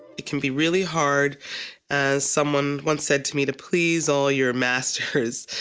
it can be really hard as someone once said to me to please all your masters.